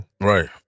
Right